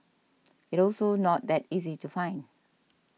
it also not that easy to find